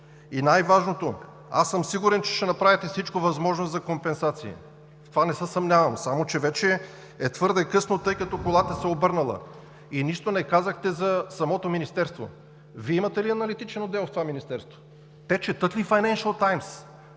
И най-важното, аз съм сигурен, че ще направите всичко възможно за компенсация, в това не се съмнявам, само че вече е твърде късно, тъй като колата се е обърнала и нищо не казахте за самото Министерство. Вие имате ли аналитичен отдел в това Министерство? Те четат ли „Файненшъл